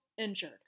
injured